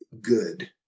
good